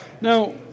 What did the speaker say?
Now